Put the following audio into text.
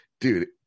dude